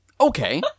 okay